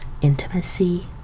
intimacy